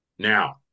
Now